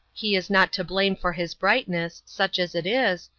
he is not to blame for his brightness, such as it is,